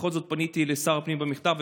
בכל זאת פניתי לשר הפנים במכתב,